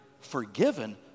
forgiven